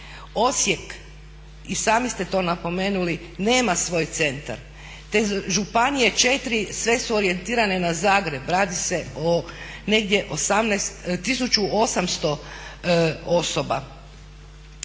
Osijek i sami ste to napomenuli nema svoj centar, te županije 4 sve su orijentirane na Zagreb, radi se negdje o 1800 osoba.